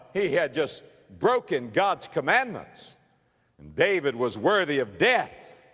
he had just broken god's commandments and david was worthy of death,